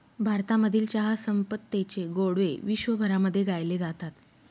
भारतामधील चहा संपन्नतेचे गोडवे विश्वभरामध्ये गायले जातात